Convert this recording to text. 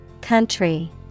Country